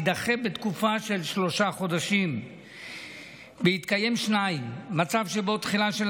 יידחה בתקופה של שלושה חודשים בהתקיים שניים: מצב שבו תחילתה